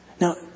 Now